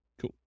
Cool